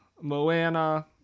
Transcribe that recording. Moana